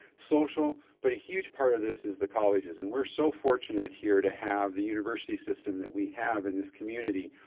social, but a huge part of this is the colleges. and we're so fortunate here to have the university system that we have in this community.